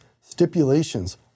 stipulations